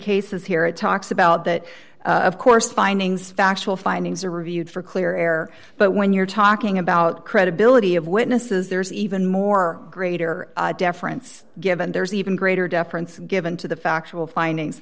cases here it talks about that of course findings factual findings are reviewed for clear air but when you're talking about credibility of witnesses there's even more greater deference given there's even greater deference given to the factual findings